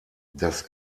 das